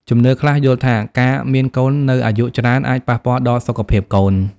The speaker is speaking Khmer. ជំនឿខ្លះយល់ថា ការមានកូននៅអាយុច្រើនអាចប៉ះពាល់ដល់សុខភាពកូន។